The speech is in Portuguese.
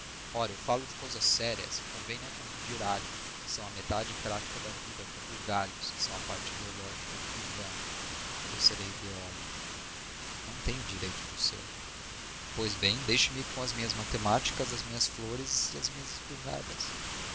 ora eu falo de coisas sérias e convém não confundir alhos que são a metade prática da vida com bugalhos que são a parte ideológica e vã eu serei ideólogo não tem direito de o ser pois bem deixe-me com as minhas matemáticas as minhas flores as minhas espingardas